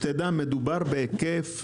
מדובר בהיקף,